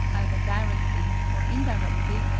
either directly or indirectly,